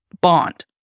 bond